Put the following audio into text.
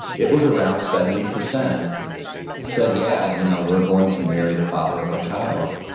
it was around seventy percent said, yeah, you know we're going to marry the father of our child.